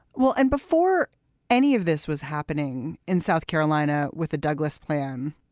well and before any of this was happening in south carolina with the douglas plan.